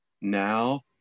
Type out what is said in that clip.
now